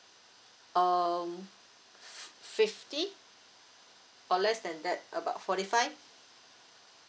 um f~ fifty or less than that about forty five